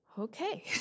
Okay